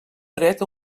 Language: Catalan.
dret